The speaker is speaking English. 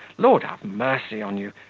lord have mercy on you!